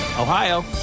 Ohio